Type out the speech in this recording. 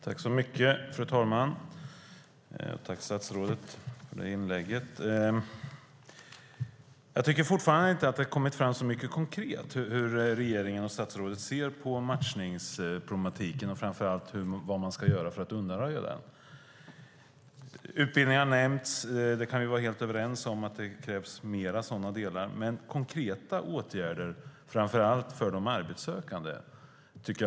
Fru talman! Jag tackar statsrådet för inlägget. Jag tycker fortfarande inte att det har kommit fram hur regeringen och statsrådet konkret ser på matchningsproblematiken och framför allt vad man ska göra för att undanröja den. Utbildning har nämnts. Vi kan vara helt överens om att det krävs mer sådant, men jag tycker att konkreta åtgärder saknas, framför allt för de arbetssökande.